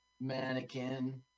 Mannequin